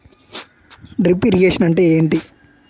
Drip irrigation అంటే ఏమిటి?